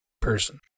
person